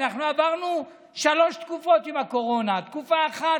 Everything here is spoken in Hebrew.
עברנו שלוש תקופות עם הקורונה: תקופה אחת,